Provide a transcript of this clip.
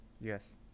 Yes